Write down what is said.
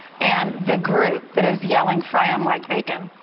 and the group that is yelling, fry um like bacon.